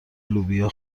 لوبیا